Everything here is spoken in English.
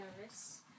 nervous